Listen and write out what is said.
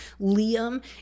Liam